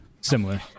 similar